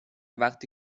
وقتی